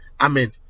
Amen